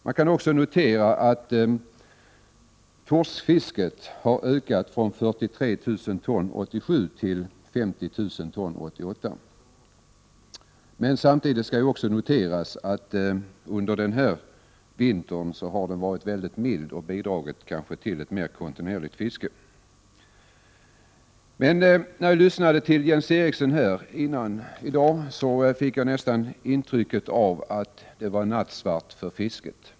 Det kan också noteras att torskfisket har ökat från 43 000 ton 1987 till 50 000 ton 1988. Samtidigt skall noteras att denna milda vinter kan ha bidragit till ett mer kontinuerligt fiske. När jag lyssnade till Jens Eriksson tidigare i dag fick jag nästan intrycket att det var nattsvart för fisket.